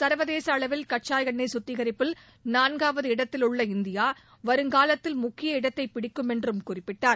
சா்வதேச அளவில் கச்சா எண்ணெய் சுத்திகரிப்பில் நான்காவது இடத்தில் உள்ள இந்தியா வருங்காலத்தில் முக்கிய இடத்தை பிடிக்கும் என்றும் குறிப்பிட்டார்